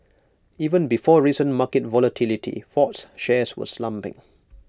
even before recent market volatility Ford's shares were slumping